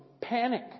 panic